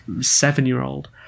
seven-year-old